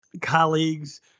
colleagues